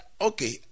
okay